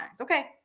okay